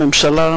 אדוני ראש הממשלה,